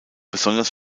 besonders